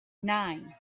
nine